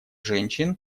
женщин